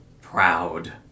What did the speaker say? proud